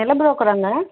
நிலம் புரோக்கராண்ணே